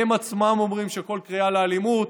הן עצמן אומרות שכל קריאה לאלימות,